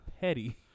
petty